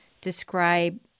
describe